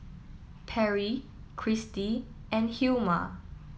Perri Kristy and Hilma